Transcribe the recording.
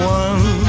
one